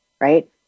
right